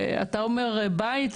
אתה אומר בית,